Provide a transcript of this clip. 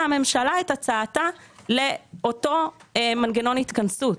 הממשלה את הצעתה לאותו מנגנון התכנסות.